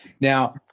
Now